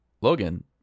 Logan